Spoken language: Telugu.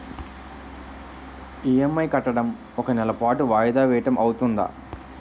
ఇ.ఎం.ఐ కట్టడం ఒక నెల పాటు వాయిదా వేయటం అవ్తుందా?